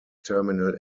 terminal